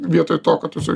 vietoj to kad tu su juo